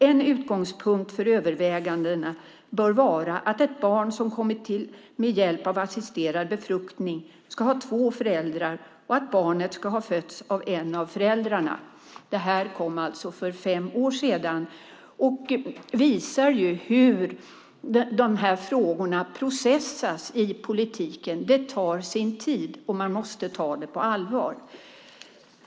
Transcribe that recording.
En utgångspunkt för övervägandena bör vara att ett barn som kommit till med hjälp av assisterad befruktning skall ha två föräldrar och att barnet skall ha fötts av en av föräldrarna." Det här kom alltså för fem år sedan. Det visar hur frågorna processas i politiken. Det tar sin tid, och man måste ta dem på allvar.